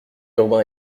urbain